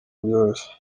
byoroshye